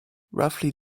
roughly